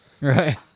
Right